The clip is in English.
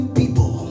people